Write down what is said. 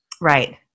Right